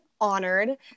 honored